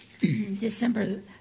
December